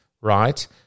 right